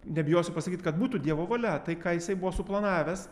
nebijosiu pasakyt kad būtų dievo valia tai ką jisai buvo suplanavęs